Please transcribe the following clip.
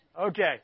Okay